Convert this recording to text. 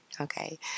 okay